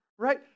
Right